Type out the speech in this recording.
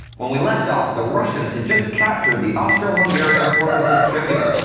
when we left off, the russians had just captured the austro-hungarian fortress of przemysl,